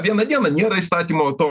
vieną dieną nėra įstatymo to